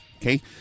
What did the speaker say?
okay